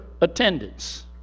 attendance